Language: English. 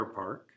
Airpark